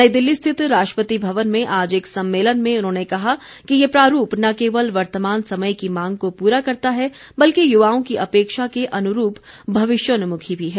नई दिल्ली स्थित राष्ट्रपति भवन में आज एक सम्मेलन में उन्होंने कहा कि ये प्रारूप न केवल वर्तमान समय की मांग को पूरा करता है बल्कि युवाओं की अपेक्षा के अनुरूप भविष्योन्मुखी भी है